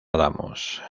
damos